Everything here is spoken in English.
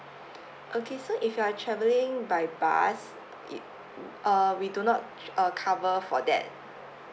okay so if you are travelling by bus it uh we do not uh cover for that